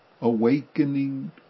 awakening